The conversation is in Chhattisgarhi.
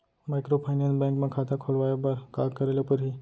माइक्रोफाइनेंस बैंक म खाता खोलवाय बर का करे ल परही?